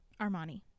Armani